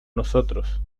nosotros